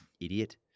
idiot